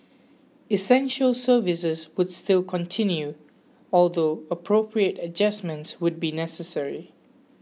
essential services would still continue although appropriate adjustments would be necessary